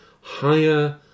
Higher